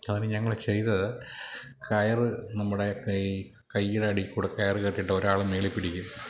അതിനു ഞങ്ങൾ ചെയ്തത് കയറ് നമ്മുടെ കൈ കയ്യുടെ അടിയിൽ കൂടി കയറിട്ടു കെട്ടിയിട്ട് ഒരാൾ മേളി പിടിക്കും